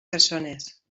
persones